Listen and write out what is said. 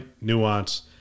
Nuance